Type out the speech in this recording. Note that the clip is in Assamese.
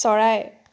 চৰাই